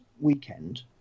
weekend